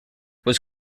was